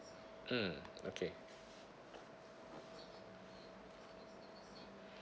mmhmm okay